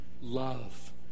Love